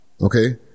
Okay